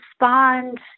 respond